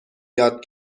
یاد